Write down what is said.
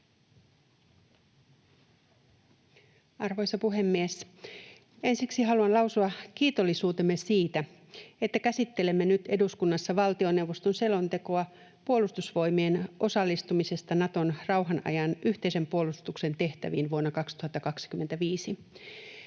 Arvoisa puhemies! Ensiksi haluan lausua kiitollisuutemme siitä, että käsittelemme nyt eduskunnassa valtioneuvoston selontekoa Puolustusvoimien osallistumisesta Naton rauhan ajan yhteisen puolustuksen tehtäviin vuonna 2025.